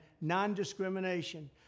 non-discrimination